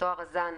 "טוהר הזן",